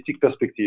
perspective